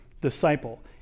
disciple